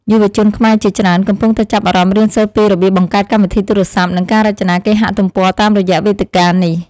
យុវជនខ្មែរជាច្រើនកំពុងតែចាប់អារម្មណ៍រៀនសូត្រពីរបៀបបង្កើតកម្មវិធីទូរស័ព្ទ និងការរចនាគេហទំព័រតាមរយៈវេទិកានេះ។